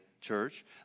church